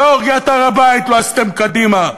באורגיית הר-הבית לא עשיתם קדימה,